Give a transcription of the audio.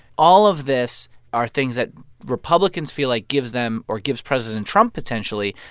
all of this are things that republicans feel like gives them or gives president trump, potentially,